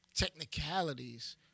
Technicalities